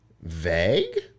vague